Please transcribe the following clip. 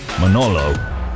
Manolo